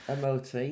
MOT